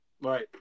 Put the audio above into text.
Right